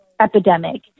epidemic